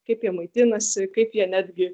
kaip jie maitinasi kaip jie netgi